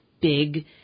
big